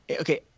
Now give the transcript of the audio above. Okay